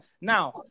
Now